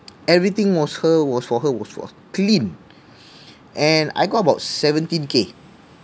everything was her was for her was was clean and I got about seventeen K